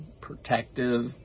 protective